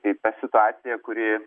tai ta situacija kuri